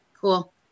Cool